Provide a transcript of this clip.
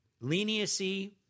leniency